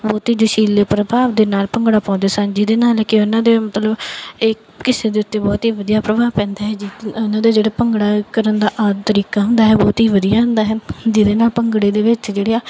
ਬਹੁਤ ਹੀ ਜੋਸ਼ੀਲੇ ਦੇ ਪ੍ਰਭਾਵ ਦੇ ਨਾਲ ਭੰਗੜਾ ਪਾਉਂਦੇ ਸਨ ਜਿਹਦੇ ਨਾਲ ਕਿ ਉਹਨਾਂ ਦੇ ਮਤਲਬ ਇਹ ਕਿਸੇ ਦੇ ਉੱਤੇ ਬਹੁਤ ਹੀ ਵਧੀਆ ਪ੍ਰਭਾਵ ਪੈਂਦਾ ਹੈ ਜਿਵੇਂ ਉਹਨਾਂ ਦਾ ਜਿਹੜਾ ਭੰਗੜਾ ਕਰਨ ਦਾ ਆ ਤਰੀਕਾ ਹੁੰਦਾ ਹੈ ਬਹੁਤ ਹੀ ਵਧੀਆ ਹੁੰਦਾ ਹੈ ਜਿਹਦੇ ਨਾਲ ਭੰਗੜੇ ਦੇ ਵਿੱਚ ਜਿਹੜੇ ਆ